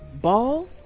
Ball